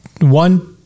One